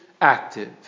active